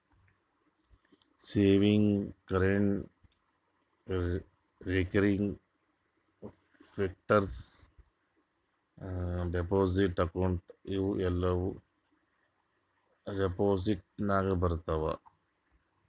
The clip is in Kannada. savings, current, recurring, fixed deposit account ಇವೂ ಎಲ್ಲಾ ಡೆಪೋಸಿಟ್ ನಾಗೆ ಬರ್ತಾವ್